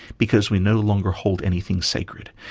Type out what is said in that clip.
because we no longer hold anything sacred.